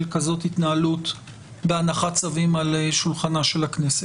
כזאת התנהלות בהנחת צווים על שולחנה של הכנסת.